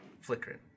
flickering